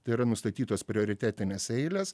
tai yra nustatytos prioritetinės eilės